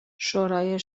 شورای